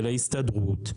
של ההסתדרות,